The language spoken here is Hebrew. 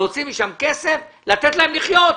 להוציא משם כסף ולתת להם לחיות,